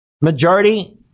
Majority